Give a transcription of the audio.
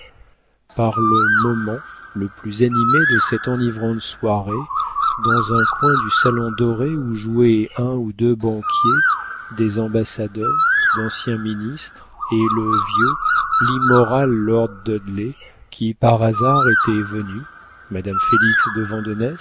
par le moment le plus animé de cette enivrante soirée dans un coin du salon doré où jouaient un ou deux banquiers des ambassadeurs d'anciens ministres et le vieux l'immoral lord dudley qui par hasard était venu madame félix de